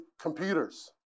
computers